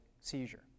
seizure